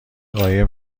قایم